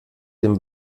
dem